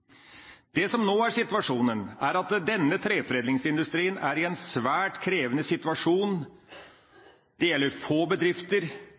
Treforedlingsindustrien er nå i en svært krevende situasjon. Det gjelder få bedrifter,